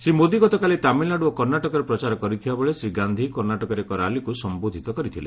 ଶ୍ରୀ ମୋଦି ଗତକାଲି ତାମିଲନାଡୁ ଓ କର୍ଷାଟକରେ ପ୍ରଚାର କରିଥିବାବେଳେ ଶ୍ରୀ ଗାନ୍ଧୀ କର୍ଷାଟକରେ ଏକ ରାଲିକୃ ସମ୍ବୋଧୃତ କରିଥିଲେ